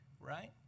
right